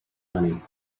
money